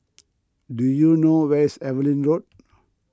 do you know where is Evelyn Road